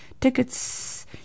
Tickets